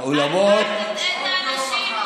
האולמות, את האנשים.